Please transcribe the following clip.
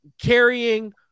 carrying